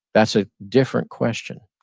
that's a different question.